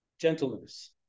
Gentleness